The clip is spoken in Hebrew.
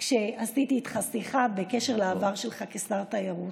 כשעשיתי איתך שיחה בקשר לעבר שלך כשר התיירות.